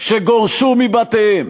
שגורשו מבתיהם,